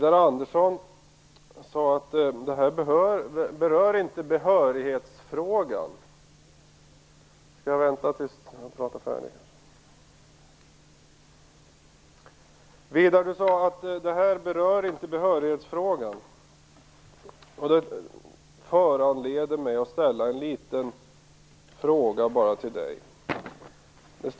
Herr talman! Widar Andersson sade att detta inte berör behörighetsfrågan. Det föranleder mig att ställa en liten fråga till honom.